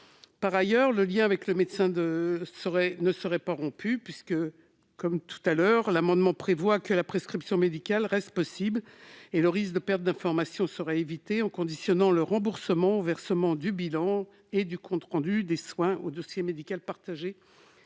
Par ailleurs, le lien avec le médecin ne serait pas rompu, puisque la prescription médicale resterait possible et le risque de perte d'informations serait évité en conditionnant le remboursement au versement du bilan et du compte rendu des soins au dossier médical partagé